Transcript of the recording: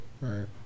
Right